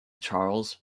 charles